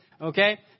Okay